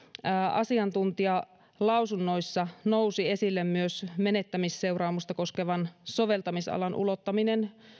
asiantuntijalausunnoissa nousi esille myös menettämisseuraamusta koskevan soveltamisalan ulottaminen